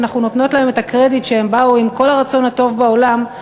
ואנחנו נותנות להם את הקרדיט שהם באו עם כל הרצון הטוב בעולם,